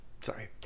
Sorry